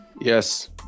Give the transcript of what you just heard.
Yes